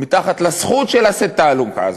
מתחת לזכות של לשאת את האלונקה,